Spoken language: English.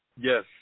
Yes